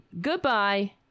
Goodbye